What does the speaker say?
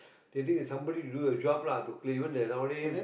they think the somebody to do the job lah to clear even the nowadays